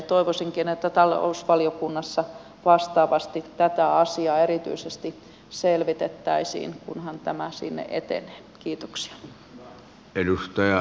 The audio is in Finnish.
toivoisinkin että talousvaliokunnassa vastaavasti tätä asiaa erityisesti selvitettäisiin kunhan tämä sinne etenee